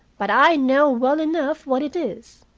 but i know well enough what it is.